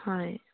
হয়